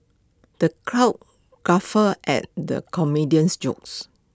the crowd guffawed at the comedian's jokes